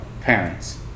parents